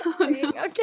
okay